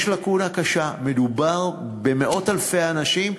יש לקונה קשה, ומדובר במאות אלפי אנשים.